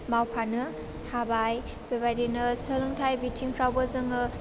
मावफानो हाबाय बेबायदिनो सोलोंथाइ बिथिंफ्रावबो जोङो